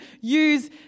use